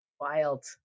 Wild